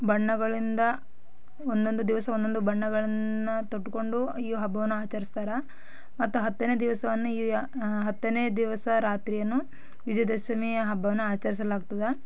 ಬಣ್ಣಗಳಿಂದ ಒಂದೊಂದು ದಿವಸ ಒಂದೊಂದು ಬಣ್ಣಗಳನ್ನು ತೊಟ್ಕೊಂಡು ಈ ಹಬ್ಬವನ್ನು ಆಚರಿಸ್ತಾರೆ ಮತ್ತು ಹತ್ತನೇ ದಿವಸವನ್ನು ಈ ಹತ್ತನೇ ದಿವಸ ರಾತ್ರಿಯನ್ನು ವಿಜಯ ದಶಮಿಯ ಹಬ್ಬವನ್ನು ಆಚರಿಸಲಾಗ್ತದೆ